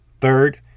Third